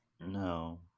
No